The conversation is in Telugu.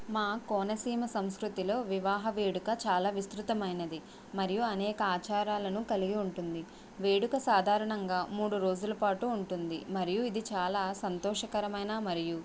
మా కోనసీమ సంస్కృతిలో వివాహ వేడుక చాలా విస్తృతమైనది మరియు అనేక ఆచారాలను కలిగి ఉంటుంది వేడుక సాధారణంగా మూడు రోజులపాటు ఉంటుంది మరియు ఇది చాలా సంతోషకరమైన మరియు